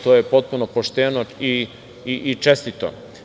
To je potpuno pošteno i čestito.